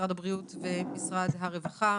משרד הבריאות ומשרד הרווחה.